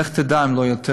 לך תדע אם לא יותר.